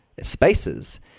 spaces